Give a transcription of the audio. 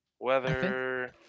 Weather